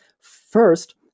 First